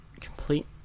complete